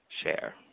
share